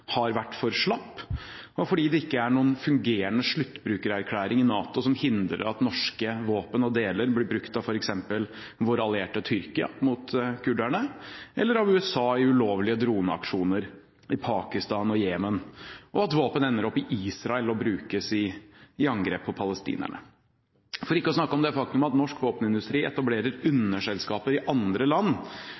har vært for slapp, og fordi det ikke er noen fungerende sluttbrukererklæring i NATO som hindrer at norske våpen og deler blir brukt av f.eks. vår allierte, Tyrkia, mot kurderne, av USA i ulovlige droneaksjoner i Pakistan og i Jemen, at våpen ender opp i Israel og brukes i angrep på palestinerne – og for ikke å snakke om det faktum at norsk våpenindustri etablerer underselskaper i andre land